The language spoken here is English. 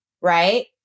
Right